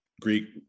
greek